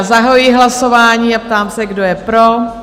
Zahajuji hlasování a ptám se, kdo je pro?